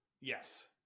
Yes